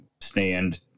stand